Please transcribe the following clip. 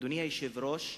אדוני היושב-ראש,